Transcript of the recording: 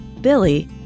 Billy